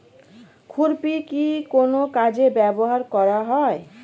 খুরপি কি কোন কাজে ব্যবহার করা হয়?